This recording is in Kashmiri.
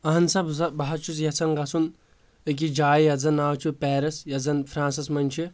اہن سا بہٕ سا بہٕ حظ چھُس یژھان گژھُن أکِس جایہِ یتھ زن ناو چھُ پیرِس یۄس زَن فرانسس منٛز چھ